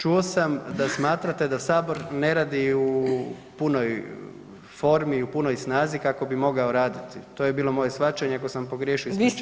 Čuo sam da smatrate da sabor ne radi u punoj formi, u punoj snazi kako bi mogao raditi, to je bilo moje shvaćanje, ako sam pogriješio ispričavam se.